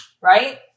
right